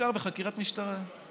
נחקר בחקירת משטרה.